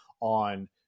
on